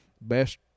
best